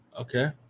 okay